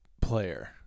player